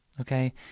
okay